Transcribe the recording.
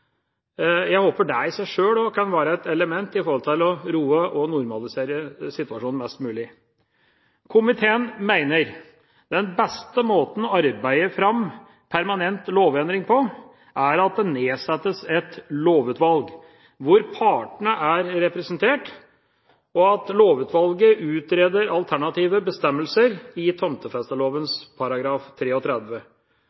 Jeg håper det i seg sjøl kan være et element som kan å roe og normalisere situasjonen mest mulig. Komiteen mener at den beste måten å arbeide fram en permanent lovendring på, er at det nedsettes et lovutvalg hvor partene er representert, og at lovutvalget utreder alternative bestemmelser i